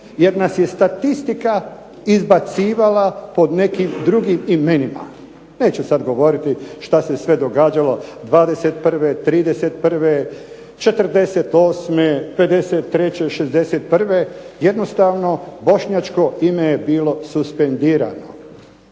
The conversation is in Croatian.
jer nas je statistika izbacivala po nekim drugim imenima. Neću sad govoriti šta se sve događalo '21., '31., '48., '53., '61., jednostavno bošnjačko ime je bilo suspendirano.